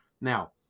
Now